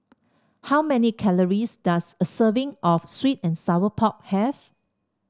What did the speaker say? how many calories does a serving of sweet and Sour Pork have